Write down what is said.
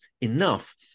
enough